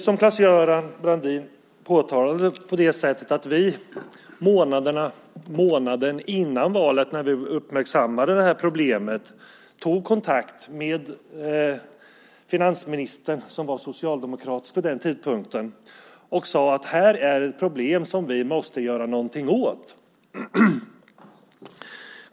Som Claes-Göran Brandin påtalade tog vi månaden före valet, när vi uppmärksammade problemet, kontakt med finansministern, som var socialdemokratisk vid den tidpunkten, och sade att här finns ett problem som vi måste göra något åt.